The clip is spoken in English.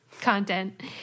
Content